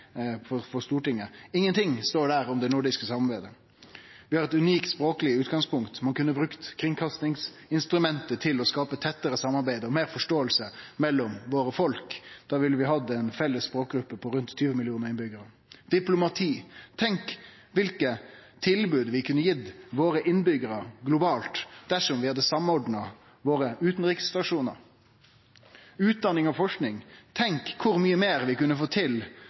står det ingenting om det nordiske samarbeidet. Vi har eit unikt språkleg utgangspunkt. Ein kunne brukt kringkastingsinstrumentet til å skape tettare samarbeid og meir forståing mellom våre folk. Da ville vi hatt ei felles språkgruppe på rundt 20 mill. innbyggjarar. Diplomati: Tenk kva for tilbod vi kunne gitt våre innbyggjarar globalt dersom vi hadde samordna våre utanriksstasjonar. Utdanning og forsking: Tenk kor mykje meir vi kunne fått til,